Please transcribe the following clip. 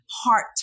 heart